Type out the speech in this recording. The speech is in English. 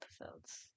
episodes